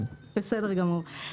בסדר גמור.